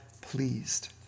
pleased